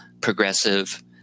progressive